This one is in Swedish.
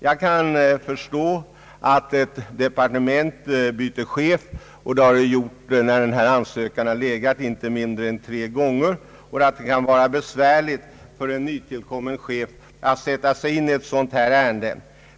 Jag kan förstå att det när ett departement byter chef — och detta har skett inte mindre än tre gånger medan denna ansökan legat — kan vara besvärligt för den nytillkomne chefen att sätta sig in i ett sådant här ärende.